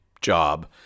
job